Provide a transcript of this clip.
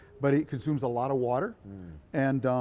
but it consumes a lot of water and